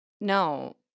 no